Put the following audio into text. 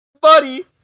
Buddy